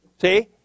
See